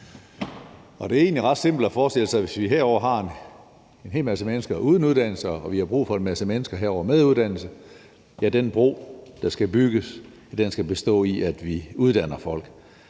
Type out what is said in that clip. Det er egentlig ret simpelt at forestille sig. Lad os sige, vi herovre har en hel masse mennesker uden uddannelser og vi derovre har brug for en masse mennesker med uddannelser. Ja, den bro, der skal bygges, skal bestå i, at vi uddanner folk.